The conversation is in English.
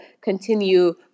continue